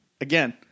again